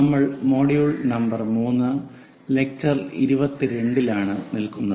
നമ്മൾ module number 3 lecture 22 ലാണ് നിൽക്കുന്നത്